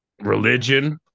religion